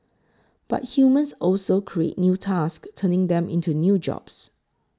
but humans also create new tasks turning them into new jobs